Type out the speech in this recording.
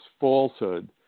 falsehood